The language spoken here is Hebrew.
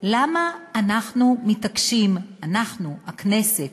למה אנחנו מתעקשים, אנחנו, הכנסת.